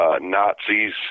Nazis